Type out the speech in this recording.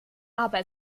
aber